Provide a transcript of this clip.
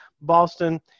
boston